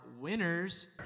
winners